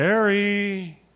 Harry